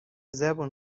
زبون